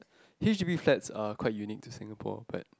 h_d_b flats are quite unique to Singapore but